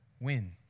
win